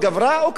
מי מעז היום?